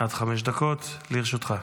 עד חמש דקות לרשותך.